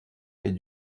est